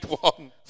one